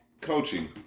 Coaching